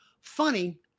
Funny